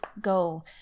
go